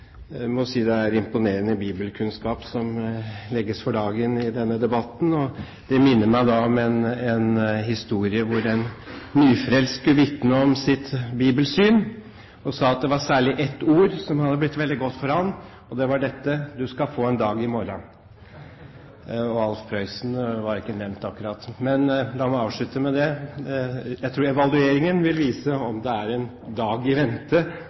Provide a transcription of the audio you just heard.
si at det er imponerende bibelkunnskap som legges for dagen i denne debatten. Det minner meg om en historie hvor en nyfrelst skulle vitne om sitt bibelsyn. Han sa at det var særlig ett ord som var blitt veldig godt for ham, og det var dette: «Du skal få en dag i mårå» – Alf Prøysen ble ikke nevnt akkurat! Men la meg avslutte med det. Jeg tror evalueringen vil vise om det er en dag i vente